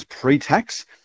pre-tax